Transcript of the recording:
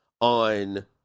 on